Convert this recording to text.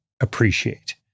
appreciate